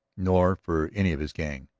nor for any of his gang.